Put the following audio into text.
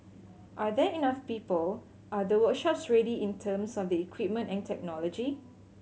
are there enough people are the workshops ready in terms of the equipment and technology